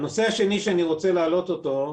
הנושא השני שאני רוצה להעלות אותו,